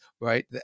right